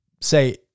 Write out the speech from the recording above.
say